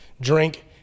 Drink